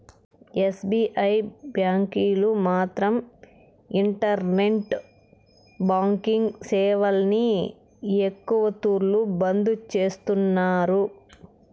SBI బ్యాంకీలు మాత్రం internet banking సేవల్ని ఎక్కవ తూర్లు బంద్ చేస్తున్నారు